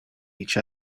each